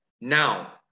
Now